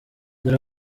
dore